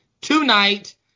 tonight